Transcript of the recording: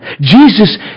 Jesus